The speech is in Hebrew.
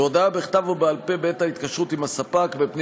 בהודעה בכתב או בעל-פה בעת ההתקשרות עם הספק, ב.